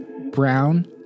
brown